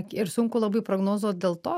ir sunku labai prognozuot dėl to